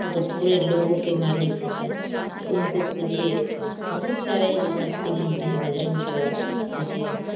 वो तो पूरे लोगों के मालिक हो गए तो उनको खोजिए बहुत सारी शक्ति मिलती है बजरंगबली बाबा सो पूजिए